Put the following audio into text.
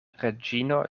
reĝino